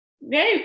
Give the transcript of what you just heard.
No